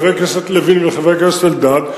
חבר הכנסת לוין וחבר הכנסת אלדד.